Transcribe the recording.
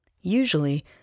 Usually